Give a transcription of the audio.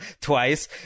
twice